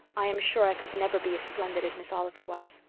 i am sure i could never be as splendid as miss oliver was.